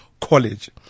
College